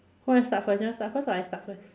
who want start first you want start first or I start first